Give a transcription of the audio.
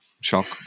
Shock